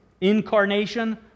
Incarnation